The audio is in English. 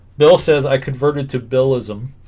bill says i converted to bill ism